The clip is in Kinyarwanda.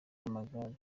y’amagare